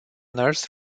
nurse